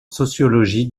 sociologie